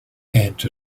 ant